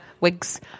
wigs